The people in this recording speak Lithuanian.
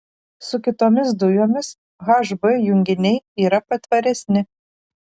su kitomis dujomis hb junginiai yra patvaresni